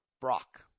Brock